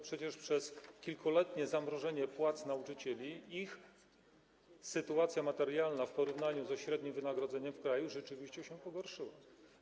Przecież przez kilkuletnie zamrożenie płac nauczycieli ich sytuacja materialna, ich wynagrodzenia w porównaniu ze średnim wynagrodzeniem w kraju rzeczywiście się pogorszyły.